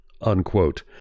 unquote